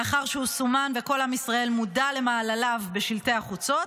לאחר שהוא סומן וכל עם ישראל מודע למעלליו בשלטי החוצות,